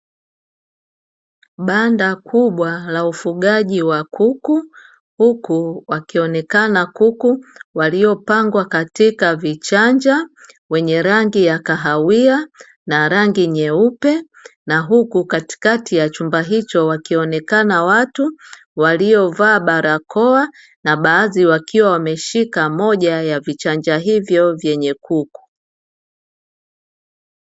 Banda kubwa la ufugaji wa kuku, huku wakionekana kuku waliyopangwa katika vichanja, wenye rangi ya kahawia na rangi nyeupe, na huku katikati ya chumba hicho wakionekana watu waliyovaa barakoa, na baadhi wakiwa wameshika moja ya vichanja hivyo vyenye kuku.